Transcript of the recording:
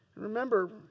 Remember